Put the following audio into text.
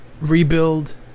rebuild